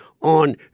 on